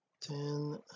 ten